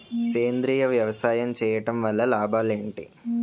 సేంద్రీయ వ్యవసాయం చేయటం వల్ల లాభాలు ఏంటి?